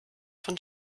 von